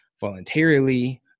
voluntarily